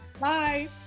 Bye